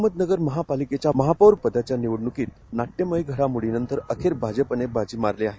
अहमदनगर महानगरपालिकेच्या महापौरपदाच्या निवडणुकीत नाट्यमय घडामोडीनंतर अखेर भाजपाने बाजी मारली आहे